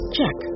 Check